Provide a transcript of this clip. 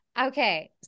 Okay